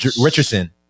Richardson